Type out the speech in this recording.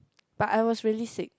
but I was really sick